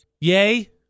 yay